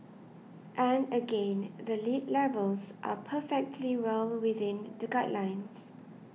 and again the lead levels are perfectly well within the guidelines